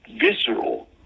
visceral